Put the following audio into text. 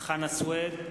חנא סוייד,